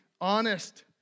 honest